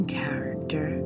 character